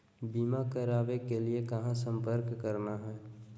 बीमा करावे के लिए कहा संपर्क करना है?